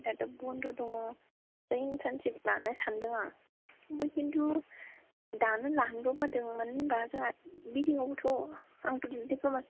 दाथ' बन्द' दङ इनथार्नसिप लानो सानदों आं बाथ खिनथु दानो लानोबो बादों मानो होना बुंबा जोंहा